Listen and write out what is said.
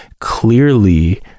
clearly